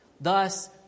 Thus